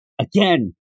again